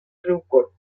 riucorb